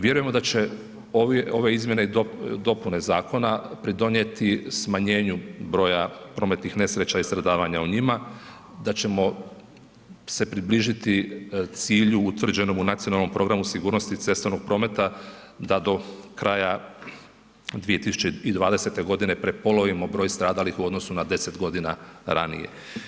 Vjerujemo da će ove izmjene i dopune zakona pridonijeti smanjenju broja prometnih nesreća i stradavanja u njima, da ćemo se približiti cilju utvrđenom u Nacionalnom programu sigurnosti cestovnog prometa da do kraja 2020. godine prepolovimo broj stradalih u odnosu na 10 godina ranije.